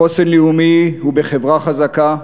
חוסן לאומי הוא בחברה חזקה,